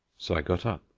so i got up.